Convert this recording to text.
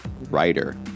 writer